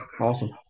Awesome